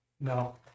No